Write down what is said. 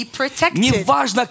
protected